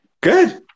Good